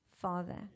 father